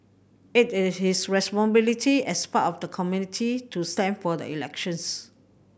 it is his responsibility as part of the community to stand for the elections